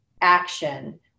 action